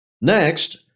Next